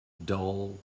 dull